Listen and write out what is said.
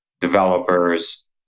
developers